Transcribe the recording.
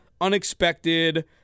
unexpected